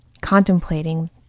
contemplating